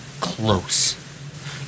close